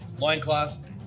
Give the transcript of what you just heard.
loincloth